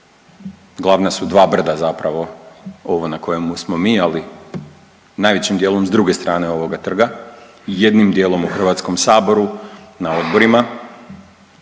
Glavna su dva brda zapravo. Ovo na kojemu smo mi, ali najvećim dijelom s druge strane ovoga trga i jednim dijelom u Hrvatskom saboru na odborima,